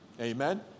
Amen